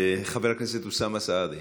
חבר הכנסת אוסאמה סעדי,